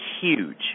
huge